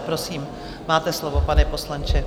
Prosím, máte slovo, pane poslanče.